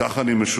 כך, אני משוכנע,